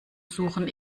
suchen